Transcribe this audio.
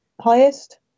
highest